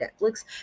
Netflix